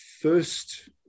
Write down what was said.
first